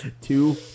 Two